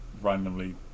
randomly